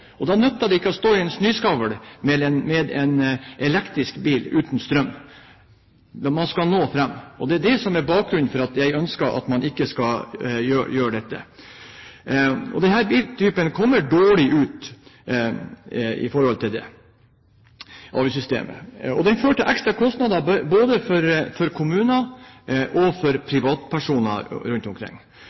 til stede. Når man skal nå fram, nytter det ikke å stå i en snøskavl med en elektrisk bil uten strøm. Det er det som er bakgrunnen for at jeg ønsker at man ikke skal gjøre dette. Denne biltypen kommer dårlig ut i forhold til avgiftssystemet. Det fører til ekstra kostnader både for kommunene og for privatpersoner rundt omkring.